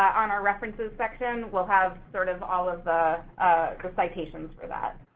on our references section, we'll have, sort of, all of the citations for that.